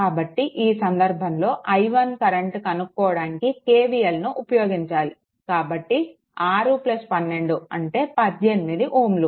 కాబట్టి ఈ సందర్భంలో i1 కరెంట్ కనుక్కోవడానికి KVLను ఉపయోగించాలి కాబట్టి 6 12 అంటే 18 Ω